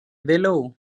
vėliau